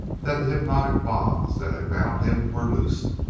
that the hypnotic bonds that had bound him were loosed.